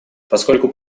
поскольку